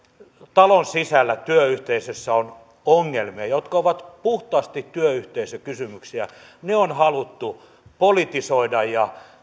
talon sisällä työyhteisössä on ongelmia jotka ovat puhtaasti työyhteisökysymyksiä ne on haluttu politisoida ja